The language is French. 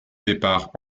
départ